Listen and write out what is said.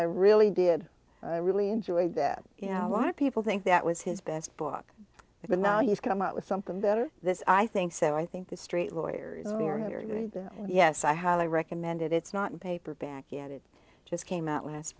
i really did i really enjoyed that you know a lot of people think that was his best book but now he's come up with something better this i think so i think the street lawyers we are going to and yes i have i recommended it's not in paperback yet it just came out last